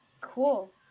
Cool